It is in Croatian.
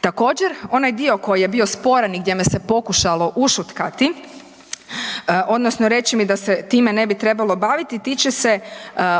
Također onaj dio koji je bio sporan i gdje me se pokušalo ušutkati odnosno reći mi da se time ne bi trebalo baviti tiče se